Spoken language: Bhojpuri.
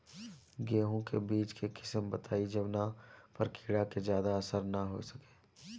गेहूं के बीज के किस्म बताई जवना पर कीड़ा के ज्यादा असर न हो सके?